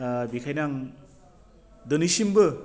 बेखायनो आं दिनैसिमबो